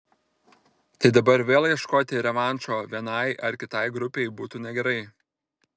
tai dabar vėl ieškoti revanšo vienai ar kitai grupei būtų negerai